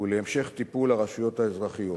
ולהמשך טיפול הרשויות האזרחיות.